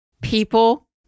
People